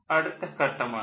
അടുത്ത ഘട്ടം ആണ്